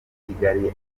kigali